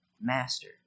Master